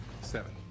Seven